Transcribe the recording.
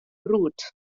brwd